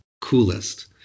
coolest